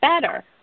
better